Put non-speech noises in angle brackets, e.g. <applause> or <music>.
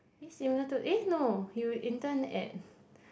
eh similar to eh no you intern at <breath>